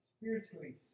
spiritually